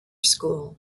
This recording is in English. school